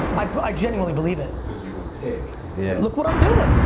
i but i genuinely believe it. cause you would pick yeah look what i'm doin!